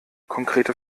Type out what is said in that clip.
konkrete